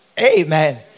Amen